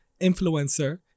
influencer